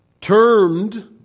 termed